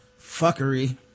fuckery